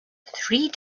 three